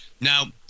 Now